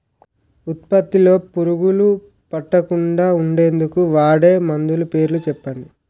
ఉత్పత్తి లొ పురుగులు పట్టకుండా ఉండేందుకు వాడే మందులు పేర్లు చెప్పండీ?